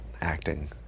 acting